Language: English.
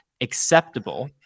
Acceptable